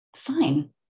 Fine